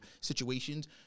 situations